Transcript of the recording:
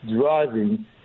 driving